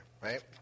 right